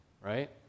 right